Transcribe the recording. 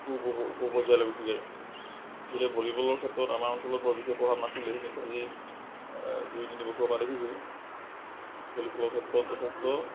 ওপৰ পৰ্যায়লৈ গুছি যায় এতিয়া ভলীবলৰ ক্ষেত্ৰত আমাৰ অঞ্চলত বৰ বিশেষ প্ৰভাৱ নাছিলে কিন্তু আজি দুই তিনি বছৰৰ পৰা দেখিছোঁ ভলীবলৰ ক্ষেত্ৰত যথেষ্ট